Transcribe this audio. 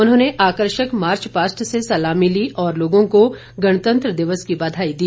उन्होंने आकर्षक मार्चपास्ट से सलामी ली और लोगों को गणतंत्र दिवस की बधाई दी